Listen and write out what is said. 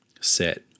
set